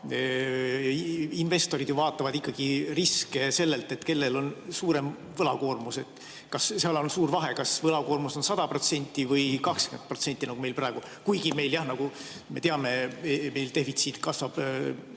investorid vaatavad ikkagi riski selle järgi, kellel on suurem võlakoormus. Seal on suur vahe, kas võlakoormus on 100% või 20% nagu meil praegu, kuigi meil jah, nagu me teame, defitsiit kasvab